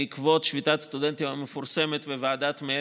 בעקבות שביתת הסטודנטים המפורסמת וועדת מלץ,